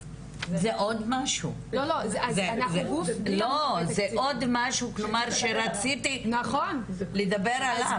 זה עוד משהו, כלומר שרציתי לדבר עליו.